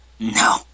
No